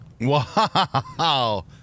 Wow